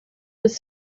was